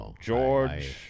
George